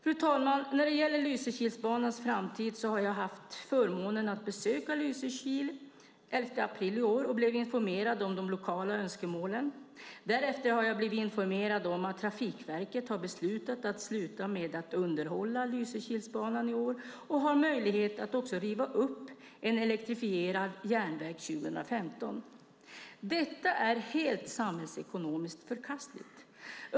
Fru talman, jag hade förmånen att besöka Lysekil den 11 april i år och blev informerad om de lokala önskemålen. Därefter har jag fått veta att Trafikverket har beslutat att upphöra med underhållet av Lysekilsbanan i år och har möjlighet att riva upp en elektrifierad järnväg 2015. Detta är samhällsekonomiskt förkastligt.